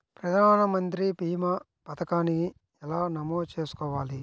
ప్రధాన మంత్రి భీమా పతకాన్ని ఎలా నమోదు చేసుకోవాలి?